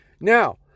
Now